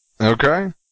Okay